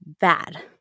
bad